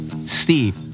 Steve